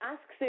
Ask